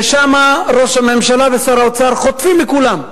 ושמה, ראש הממשלה ושר האוצר חוטפים מכולם,